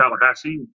tallahassee